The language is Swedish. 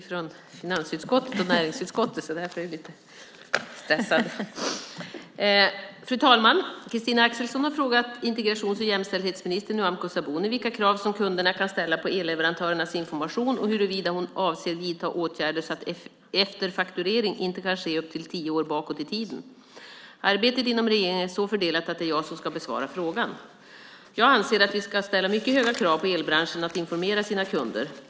Fru talman! Christina Axelsson har frågat integrations och jämställdhetsminister Nyamko Sabuni vilka krav som kunderna kan ställa på elleverantörernas information och huruvida hon avser att vidta åtgärder så att efterfakturering inte kan ske upp till tio år bakåt i tiden. Arbetet inom regeringen är så fördelat att det är jag som ska besvara frågan. Jag anser att vi ska ställa mycket höga krav på elbranschen att informera sina kunder.